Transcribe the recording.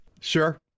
Sure